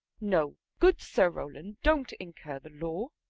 no, good sir rowland, don't incur the law.